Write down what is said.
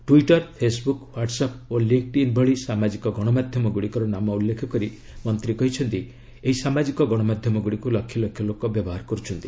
Twitter Facebook WhatsApp ଓ LinkedIn ଭଳି ସାମାଜିକ ଗଣମାଧ୍ୟମ ଗୁଡ଼ିକର ନାମ ଉଲ୍ଲେଖ କରି ମନ୍ତ୍ରୀ କହିଛନ୍ତି ଏହି ସାମାଜିକ ଗଣମାଧ୍ୟମ ଗୁଡ଼ିକୁ ଲକ୍ଷଲକ୍ଷ ଲୋକ ବ୍ୟବହାର କରୁଛନ୍ତି